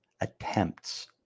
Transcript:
Attempts